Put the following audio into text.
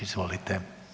Izvolite.